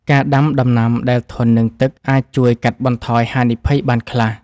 ការដាំដំណាំដែលធន់នឹងទឹកអាចជួយកាត់បន្ថយហានិភ័យបានខ្លះ។